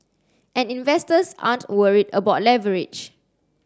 and investors aren't worried about leverage